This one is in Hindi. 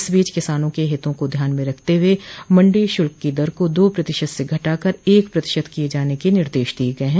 इस बीच किसानों के हितों को ध्यान में रखते हुए मंडी शुल्क की दर को दो प्रतिशत से घटाकर एक प्रतिशत किये जाने के निर्देश दिये गये है